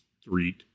Street